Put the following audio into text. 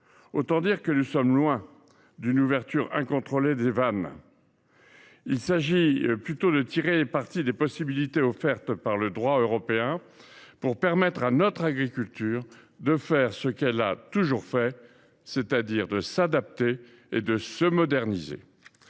Autant dire que nous sommes loin d’une ouverture incontrôlée des vannes ! Il s’agit plutôt de tirer parti des possibilités offertes par le droit européen pour permettre à notre agriculture de faire ce qu’elle a toujours fait : s’adapter et se moderniser.